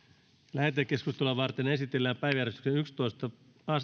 lähetekeskustelua varten esitellään päiväjärjestyksen